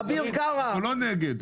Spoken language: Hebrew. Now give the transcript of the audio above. אנחנו לא נגד.